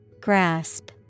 Grasp